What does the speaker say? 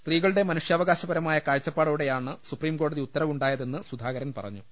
സ്ത്രീകളുടെ മനുഷ്യാവകാശപരമായ കാഴ്ചപ്പാടോടെ യാണ് സുപ്രീംകോടതി ഉത്തരവുണ്ടായതെന്ന് സുധാകരൻ പറഞ്ഞു